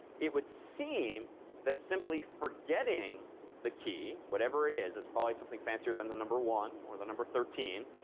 it would seem that simply forgetting the key, whatever it is it's probably something fancier than the number one or the number thirteen.